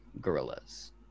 gorillas